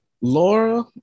Laura